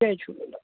Jay Jhulelal